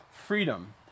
Freedom